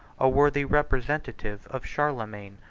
a worthy representative of charlemagne,